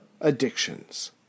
addictions